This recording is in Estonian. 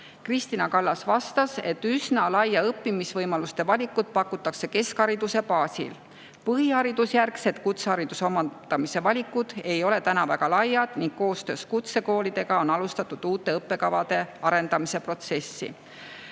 Kristina Kallas vastas, et üsna laia õppimisvõimaluste valikut pakutakse keskhariduse baasil. Põhiharidusjärgse kutsehariduse omandamise valikud ei ole täna väga laiad ning koostöös kutsekoolidega on alustatud uute õppekavade arendamise protsessi.